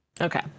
Okay